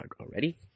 already